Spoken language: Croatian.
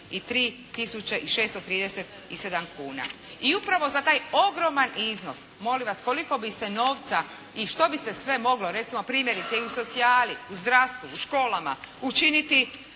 i 637 kuna. I upravo za taj ogroman iznos molim vas, koliko bi se novca i što bi se sve moglo recimo primjerice u socijali, zdravstvu, u školama učiniti,